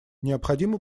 необходимо